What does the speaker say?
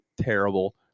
terrible